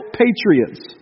patriots